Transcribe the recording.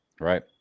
Right